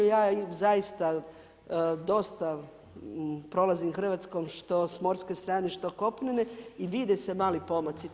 Ja zaista dosta prolazim Hrvatskom što s morske strane, što kopnene i vide se mali pomaci.